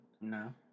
No